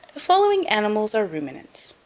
the following animals are ruminants.